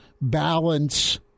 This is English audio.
balance